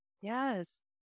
Yes